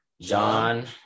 John